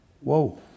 whoa